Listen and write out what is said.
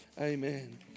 Amen